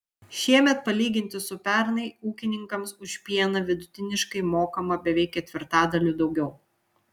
šiemet palyginti su pernai ūkininkams už pieną vidutiniškai mokama beveik ketvirtadaliu daugiau